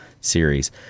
series